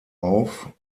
auf